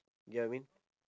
get what I mean